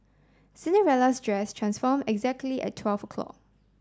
Cinderella's dress transform exactly at twelve o'clock